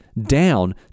down